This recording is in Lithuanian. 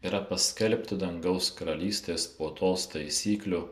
yra paskelbti dangaus karalystės puotos taisyklių